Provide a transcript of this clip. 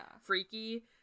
freaky